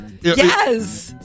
yes